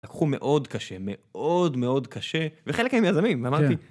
לקחו מאוד קשה, מאוד מאוד קשה, וחלק מהם יזמים, אמרתי